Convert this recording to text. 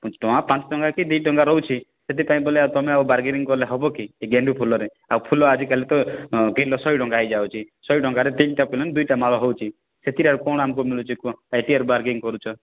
ଟଙ୍କା ପାଞ୍ଚ ଟଙ୍କା କି ଦୁଇ ଟଙ୍କା ରହୁଛି ସେଥିପାଇଁ ବୋଲେ ତୁମେ ଆଉ ବାରଗିନିଙ୍ଗ୍ କଲେ ହେବକି ଏ ଗେଣ୍ଡୁଫୁଲରେ ଆଉ ଆଜିକାଲି ତ କିଲୋ ଶହେ ଟଙ୍କା ହେଇଯାଉଛି ଶହେ ଟଙ୍କାରେ ତିନଟା ଦୁଇଟା ମାଳ ହେଉଛି ସେଥିରେ ଆଉ କ'ଣ ଆମକୁ ମିଳୁଛି କୁହ ଆଉ ବାରଗିନିଙ୍ଗ୍ କରୁଛ